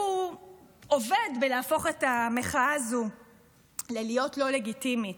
הוא עובד בלהפוך את המחאה הזו להיות לא לגיטימית.